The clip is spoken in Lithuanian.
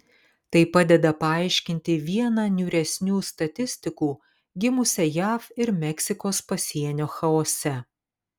tai padeda paaiškinti vieną niūresnių statistikų gimusią jav ir meksikos pasienio chaose